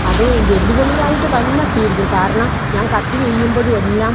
അത് വെല്ലുവിളിയായിട്ട് തന്നെ സ്വീകരിക്കും കാരണം ഞാൻ കട്ട് ചെയ്യുമ്പോഴുമെല്ലാം